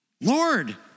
Lord